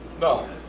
no